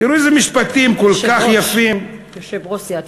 תראו איזה משפטים כל כך יפים, יושב-ראש.